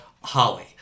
Holly